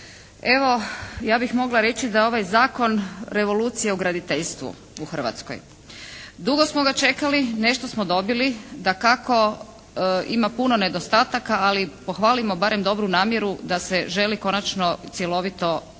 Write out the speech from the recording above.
Evo, ja bih mogla reći da je ovaj zakon revolucija u graditeljstvu u Hrvatskoj. Dugo smo ga čekali, nešto smo dobili. Dakako ima puno nedostataka, ali pohvalimo barem dobru namjeru da se želi konačno cjelovito